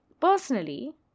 Personally